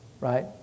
right